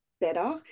better